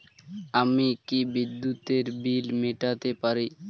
আমি কি বিদ্যুতের বিল মেটাতে পারি?